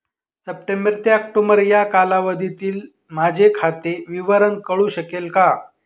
September ते October या कालावधीतील माझे खाते विवरण कळू शकेल का?